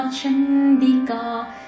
Chandika